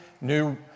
new